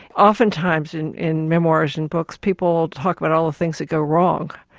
oftentimes in in memoirs and books people talk about all the things that go wrong.